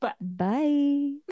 Bye